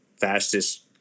fastest